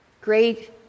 Great